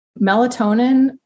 melatonin